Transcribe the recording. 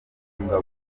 ngombwa